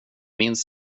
minns